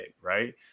Right